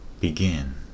begin